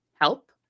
help